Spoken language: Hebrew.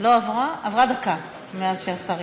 עברה דקה מאז שהשר יצא.